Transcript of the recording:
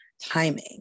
timing